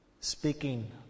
Speaking